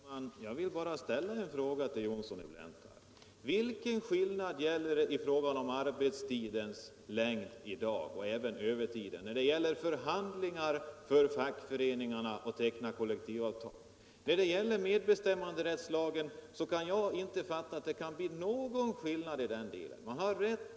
Herr talman! Jag vill bara ställa en fråga till herr Johnsson i Blentarp: Vilken skillnad blir det i fråga om arbetstidens längd och även i fråga om övertiden när det gäller förhandlingar genom fackföreningarna och tecknande av kollektivavtal? Jag kan inte fatta att det blir någon skillnad i den delen genom medbestämmanderättslagen.